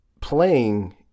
playing